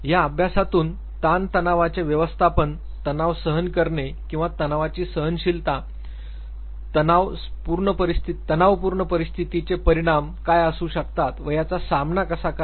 या अभ्यासातून ताणतणावांचे व्यवस्थापन तणाव सहन करणे किंवा तणावाची सहनशीलता तणाव पूर्ण परिस्थितीचे परिणाम काय असू शकतात व याचा सामना कसा करावा